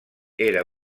era